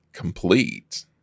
complete